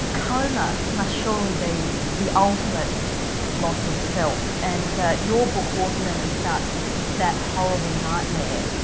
coma must surely be the ultimate loss of self and your book waterlemon starts with that horrible nightmare,